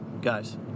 guys